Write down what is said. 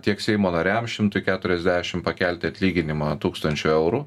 tiek seimo nariams šimtui keturiasdešim pakelti atlyginimą tūkstančiu eurų